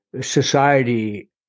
society